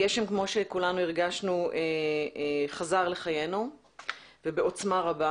הגשם, כמו שכולנו הרגשנו, חזר לחיינו ובעוצמה רבה.